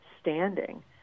standing